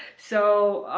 so,